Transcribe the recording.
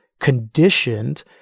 conditioned